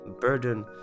burden